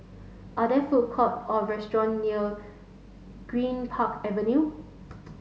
are there food court or restaurant near Greenpark Avenue